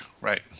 right